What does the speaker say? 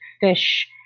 fish